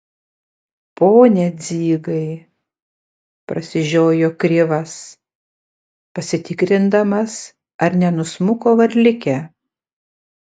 pone dzigai prasižiojo krivas pasitikrindamas ar nenusmuko varlikė